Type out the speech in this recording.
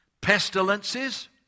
pestilences